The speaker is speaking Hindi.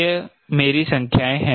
यह मेरी संख्याएं है